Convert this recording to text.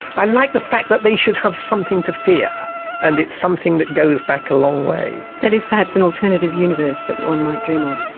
i like the fact that but they should have something to fear and it's something that goes back a long way. that is perhaps an alternative universe that one might dream of.